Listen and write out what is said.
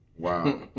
Wow